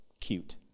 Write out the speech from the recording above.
cute